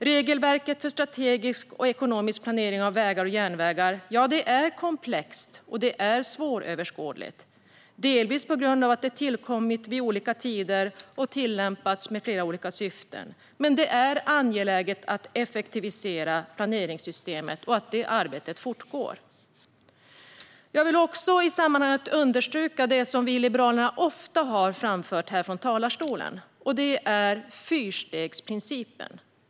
Regelverket för strategisk och ekonomisk planering av vägar och järnvägar är komplext och svåröverskådligt, delvis på grund av att det har tillkommit vid olika tider och tillämpats med flera olika syften. Det är angeläget att effektivisera planeringssystemet och att detta arbete fortgår. Jag vill i sammanhanget även understryka något som vi i Liberalerna ofta har framfört från talarstolen, nämligen fyrstegsprincipen.